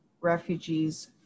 refugees